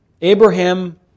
Abraham